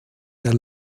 der